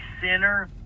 sinner